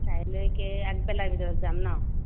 কাইলেকে আগবেলাৰ ভিতৰত যাম ন